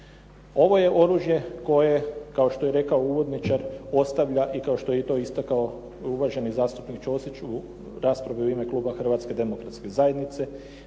Ovo je oružje koje kao što je rekao uvodničar ostavlja i kao što je i to istakao uvaženi zastupnik Ćosić u raspravi u ime kluba Hrvatske demokratske zajednice,